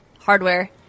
hardware